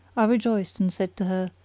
i rejoiced and said to her,